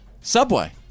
Subway